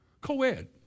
Co-ed